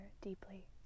deeply